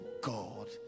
God